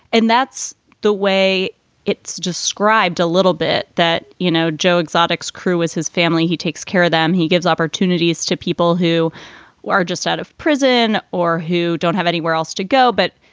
and that's the way it's described a little bit that, you know, joe exotics crew is his family. he takes care of them. he gives opportunities to people who are just out of prison or who don't have anywhere else to go but